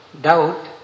doubt